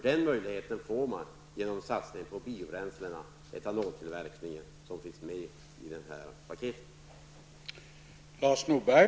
Den möjligheten får man genom satsning på biobränslen och etanoltillverkning, något som finns med i detta paket.